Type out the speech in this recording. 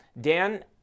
Dan